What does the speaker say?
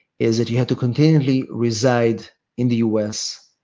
is that you have to continually reside in the us